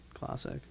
Classic